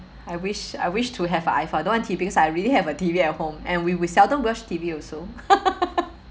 I wish I wish to have a iPhone I don't want T_V ah I already have a T_V at home and we we seldom watch T_V also